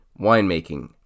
winemaking